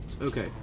Okay